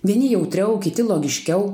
vieni jautriau kiti logiškiau